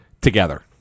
together